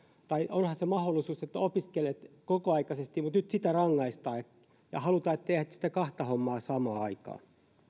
tai onhan se mahdollisuus että opiskelet kokoaikaisesti mutta nyt siitä rangaistaan ja halutaan että teet kahta hommaa samaan aikaan